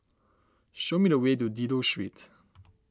show me the way to Dido Street